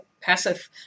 passive